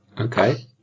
Okay